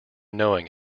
knowing